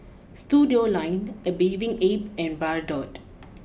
Studioline a Bathing Ape and Bardot